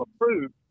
approved